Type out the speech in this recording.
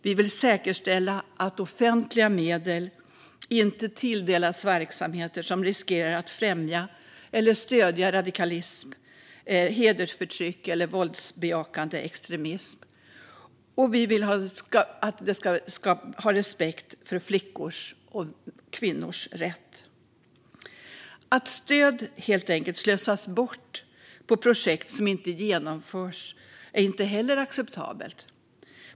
Vi vill säkerställa att offentliga medel inte tilldelas verksamheter som riskerar att främja eller stödja radikalism, hedersförtryck eller våldsbejakande extremism, och vi vill att man ska ha respekt för flickors och kvinnors rätt. Att stöd helt enkelt slösas bort på projekt som inte genomförs är inte heller acceptabelt.